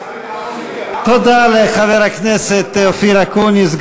תודה לחבר הכנת אופיר אקוניס,